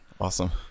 Awesome